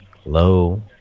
Hello